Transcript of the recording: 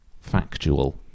factual